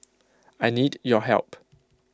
I need your help